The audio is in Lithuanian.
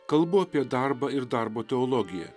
kalbu apie darbą ir darbo teologiją